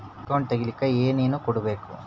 Account ತೆಗಿಲಿಕ್ಕೆ ಏನೇನು ಕೊಡಬೇಕು?